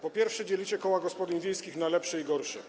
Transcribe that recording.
Po pierwsze, dzielicie koła gospodyń wiejskich na lepsze i gorsze.